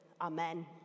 Amen